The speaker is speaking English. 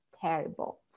terrible